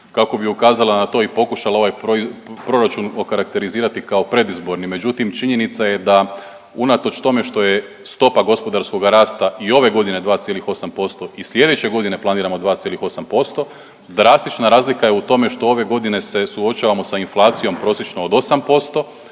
kako bi ukazala na to i pokušala ovaj proračun okarakterizirati kao predizborni. Međutim, činjenica je da unatoč tome što je stopa gospodarskoga rasta i ove godine 2,8% i sljedeće godine planiramo 2,8% drastična razlika je u tome što ove godine se suočavamo sa inflacijom prosječno od 8%,